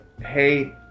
hey